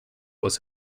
was